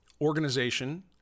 organization